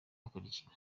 akurikira